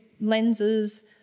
lenses